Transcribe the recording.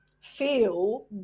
feel